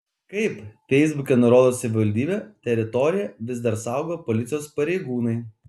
kaip feisbuke nurodo savivaldybė teritoriją vis dar saugo policijos pareigūnai